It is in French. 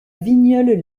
vigneulles